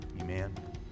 Amen